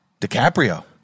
DiCaprio